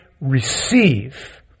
receive